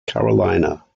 carolina